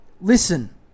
listen